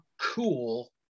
cool